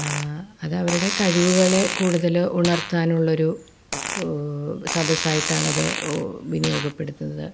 അതവരുടെ കഴിവുകളെ കൂടുതൽ ഉണർത്തനുള്ളൊരു സദസ്സായിട്ടാണത് വിനിയോഗപ്പെടുത്തുന്നത്